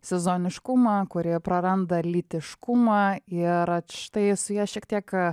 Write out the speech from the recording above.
sezoniškumą kurie praranda ir lytiškumą ir štai su ja šiek tiek